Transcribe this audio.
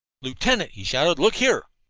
lieutenant! he shouted. look here!